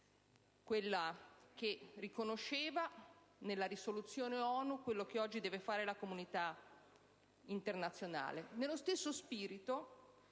che riconosceva nella risoluzione ONU quello che oggi deve fare la comunità internazionale, nello stesso spirito